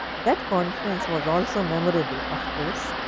that conference was also memorable, of course,